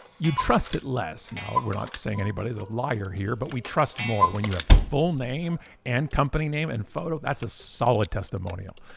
you'd trust it less now. we're not saying anybody's a liar here but we trust more when you have full name and company name and photo, that's a solid testimonial.